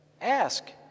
ask